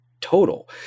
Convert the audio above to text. total